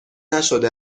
نشده